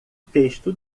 texto